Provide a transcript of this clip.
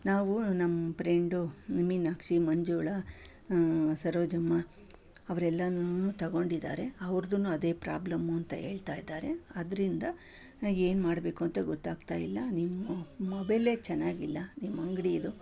ನಾವು ನಮ್ಮ ಪ್ರೆಂಡು ಮೀನಾಕ್ಷಿ ಮಂಜುಳಾ ಸರೋಜಮ್ಮ ಅವ್ರೆಲ್ಲನೂ ತೊಗೊಂಡಿದ್ದಾರೆ ಅವ್ರ್ದೂನು ಅದೇ ಪ್ರಾಬ್ಲಮ್ಮು ಅಂತ ಹೇಳ್ತಾಯಿದ್ದಾರೆ ಆದ್ದರಿಂದ ನಾವೇನು ಮಾಡಬೇಕು ಅಂತ ಗೊತ್ತಾಗ್ತಾಯಿಲ್ಲ ನಿಮ್ಮ ಮೊಬೈಲೇ ಚೆನ್ನಾಗಿಲ್ಲ ನಿಮ್ಮ ಅಂಗಡಿದು